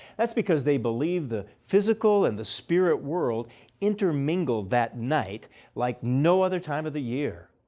thats because they believed the physical and the spirit world intermingled that night like no other time of the year.